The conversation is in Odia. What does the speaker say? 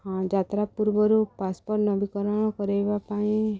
ହଁ ଯାତ୍ରା ପୂର୍ବରୁ ପାସପୋର୍ଟ ନବୀକରଣ କରାଇବା ପାଇଁ